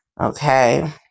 Okay